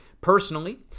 personally